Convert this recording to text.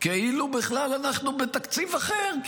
כאילו אנחנו בתקציב אחר בכלל,